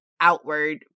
outward